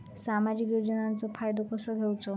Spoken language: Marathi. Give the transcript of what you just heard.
सामाजिक योजनांचो फायदो कसो घेवचो?